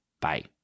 Bye